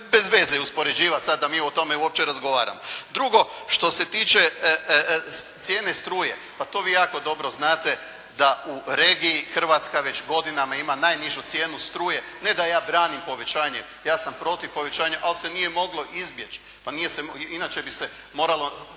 bez veze uspoređivati sada da mi o tome uopće razgovaramo. Drugo što se tiče cijene struje, pa to vi jako dobro znate da u regiji Hrvatska već godinama ima najnižu cijenu struje. Ne da ja branim povećanje, ja sam protiv povećanja, ali se nije moglo izbjeći. Inače bi se moralo